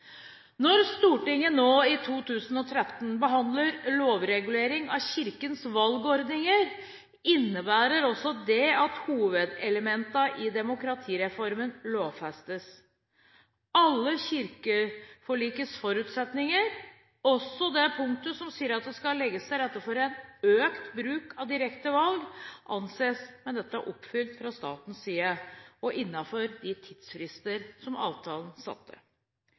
Når Stortinget nå i 2013 behandler lovregulering av Kirkens valgordninger, innebærer det også at hovedelementene i demokratireformen lovfestes. Alle kirkeforlikets forutsetninger, også det punktet som sier at det skal legges til rette for økt bruk av direkte valg, anses med dette oppfylt fra statens side, innenfor de tidsfrister som avtalen satte.